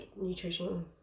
nutrition